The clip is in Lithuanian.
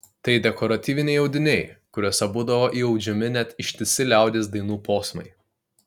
tai dekoratyviniai audiniai kuriuose būdavo įaudžiami net ištisi liaudies dainų posmai